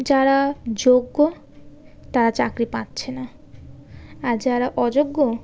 যারা যোগ্য তারা চাকরি পাচ্ছে না আর যারা অযোগ্য